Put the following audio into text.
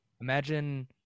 Imagine